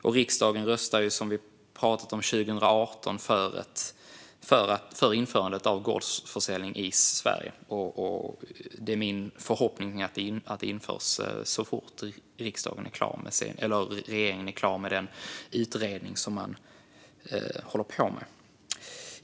Och riksdagen röstade som sagt 2018 för ett tillkännagivande om införandet av gårdsförsäljning i Sverige. Min förhoppning är att det ska införas så snart regeringen är klar med den utredning som man håller på med.